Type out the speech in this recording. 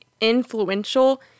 influential